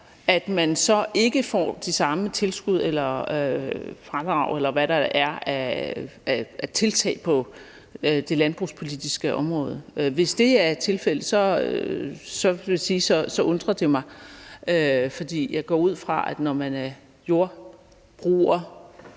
jorder, ikke får de samme tilskud eller fradrag, eller hvad der er af tiltag på det landbrugspolitiske område. Hvis det er tilfældet, undrer det mig, for jeg går ud fra, at når man er jordbruger